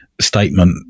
statement